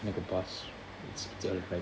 எனக்கு:enaku